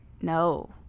No